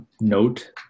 note